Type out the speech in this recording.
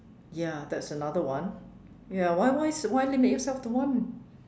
ya that's another one ya why why why limit yourself to one